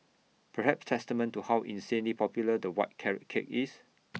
perhaps testament to how insanely popular the white carrot cake is